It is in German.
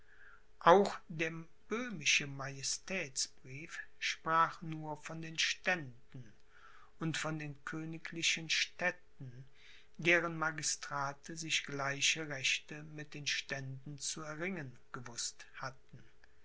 auch der böhmische majestätsbrief sprach nur von den ständen und von den königlichen städten deren magistrate sich gleiche rechte mit den ständen zu erringen gewußt hatten